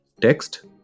text